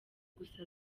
gusa